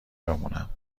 بمونم